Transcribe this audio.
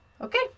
Okay